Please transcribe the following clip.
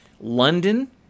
london